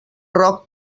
roc